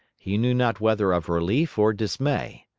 he knew not whether of relief or dismay.